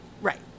Right